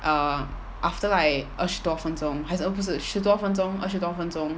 err after like 二十多分钟还是哦不是十多分钟二十多分钟:er shi duo fen zhong hai shi e bu shi duo fen zhong er shi duo fen zhong